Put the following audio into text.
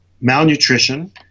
malnutrition